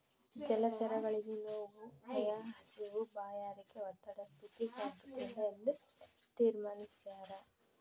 ಜಲಚರಗಳಿಗೆ ನೋವು ಭಯ ಹಸಿವು ಬಾಯಾರಿಕೆ ಒತ್ತಡ ಸ್ಥಿತಿ ಸಾದ್ಯತೆಯಿಂದ ಎಂದು ತೀರ್ಮಾನಿಸ್ಯಾರ